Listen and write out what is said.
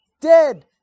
dead